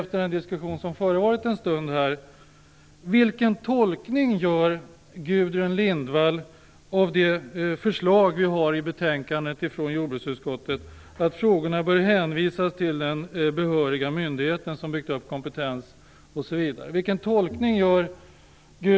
Efter den diskussion som förts här en stund kan man då fråga sig: Vilken tolkning gör Gudrun Lindvall av det ställningstagande som återges i betänkandet från jordbruksutskottet, att frågorna bör hänvisas till den behöriga myndigheten, som byggt upp kompetens, osv.?